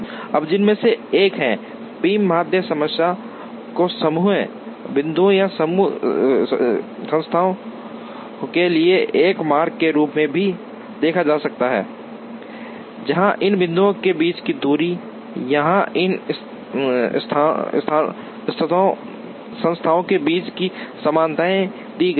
अब जिनमें से एक है पी माध्य समस्या को समूह बिंदुओं या समूह संस्थाओं के लिए एक मार्ग के रूप में भी देखा जाता है जहां इन बिंदुओं के बीच की दूरी या इन संस्थाओं के बीच समानताएं दी गई हैं